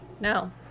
No